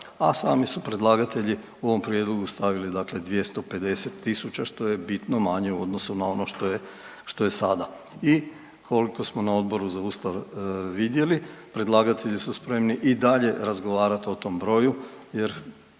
a sami su predlagatelji u ovom prijedlogu stavili dakle 250.000 što je bitno manje u odnosu na ono što je sada. I koliko samo na Odboru za Ustav vidjeli predlagatelji su spremni i dalje razgovarat o tom broju jer